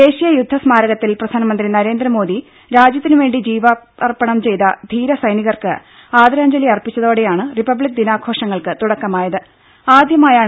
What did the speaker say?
ദേശീയ യുദ്ധസ്മാരകത്തിൽ പ്രധാനമന്ത്രി നരേന്ദ്രമോദി രാജ്യത്തിനുവേണ്ടി ജീവാർപ്പണം ചെയ്ത ധീരസൈനികർക്ക് ആദരാഞ്ജലി അർപ്പിച്ചതോടെയാണ് റിപ്പബ്ലിക് ആദ്യമായാണ് ദിനാഘോഷങ്ങൾക്ക് തുടക്കമായത്